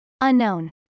Unknown